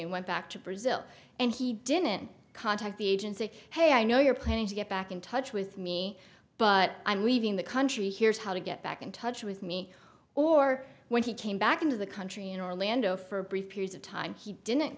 and went back to brazil and he didn't contact the agency hey i know you're planning to get back in touch with me but i'm leaving the country here's how to get back in touch with me or when he came back into the country in orlando for brief periods of time he didn't